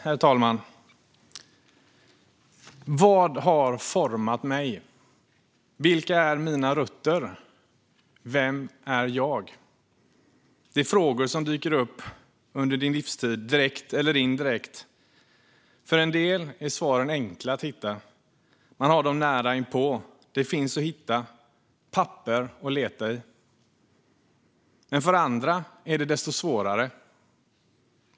Herr talman! Vad har format mig? Vilka är mina rötter? Vem är jag? Det är frågor som dyker upp under din livstid direkt eller indirekt. För en del är svaren enkla att hitta. Man har dem nära inpå. Det finns att hitta. Det finns papper att leta i. Men för andra är det desto svårare.